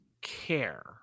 care